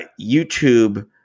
YouTube